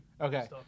Okay